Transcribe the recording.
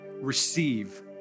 Receive